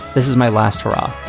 this is my last hurrah.